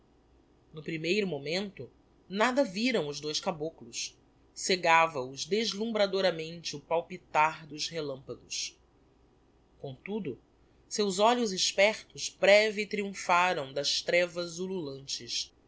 no primeiro momento nada viram os dois caboclos cegava os deslumbradoramente o palpitar dos relampagos comtudo seus olhos expertos breve triumpharam das trevas ululantes